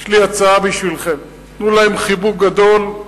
יש לי הצעה בשבילכם: תנו להם חיבוק גדול,